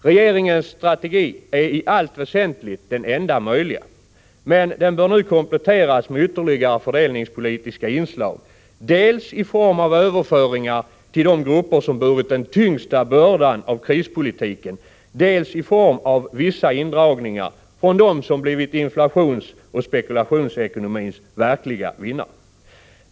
Regeringens strategi är i allt väsentligt den enda möjliga, men den bör nu kompletteras med ytterligare fördelningspolitiska inslag, dels i form av överföringar till de grupper som burit den tyngsta bördan av krispolitiken, dels i form av vissa indragningar från dem som blivit inflationsoch spekulationsekonomins verkliga vinnare.